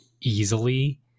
easily